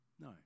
no